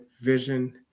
vision